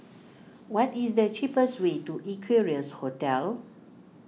what is the cheapest way to Equarius Hotel